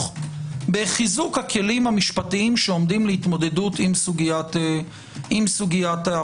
בחיזוק הכלים המשפטיים שעומדים להתמודדות עם סוגית האפליה.